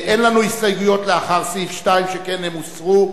אין לנו הסתייגויות לאחר סעיף 2, שכן הן הוסרו.